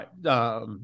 Right